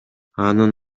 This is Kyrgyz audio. анын